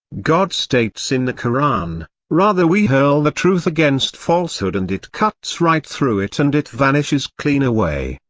god states in the koran rather we hurl the truth against falsehood and it cuts right through it and it vanishes clean away!